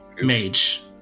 mage